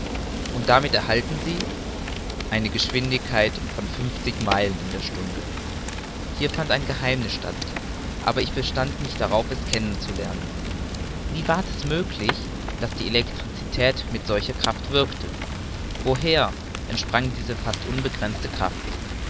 und damit erhalten sie eine geschwindigkeit von fünfzig meilen in der stunde hier fand ein geheimniß statt aber ich bestand nicht darauf es kennen zu lernen wie ward es möglich daß die elektricität mit solcher kraft wirkte woher entsprang diese fast unbegrenzte kraft